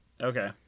Okay